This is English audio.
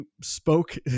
spoke